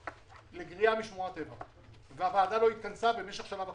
ברגע שכוננה הממשלה הנושא הזה הגיע לשר הפנים.